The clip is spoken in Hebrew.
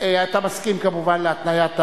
אתה כמובן מסכים להתניית הממשלה,